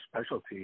specialty